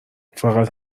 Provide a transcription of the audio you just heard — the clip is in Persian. فقط